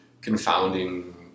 confounding